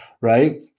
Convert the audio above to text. Right